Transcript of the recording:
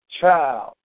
child